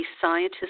scientists